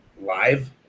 live